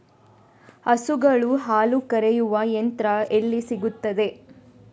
ಹಸುಗಳ ಹಾಲು ಕರೆಯುವ ಯಂತ್ರ ಎಲ್ಲಿ ಸಿಗುತ್ತದೆ?